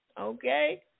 Okay